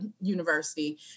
University